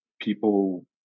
people